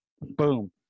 boom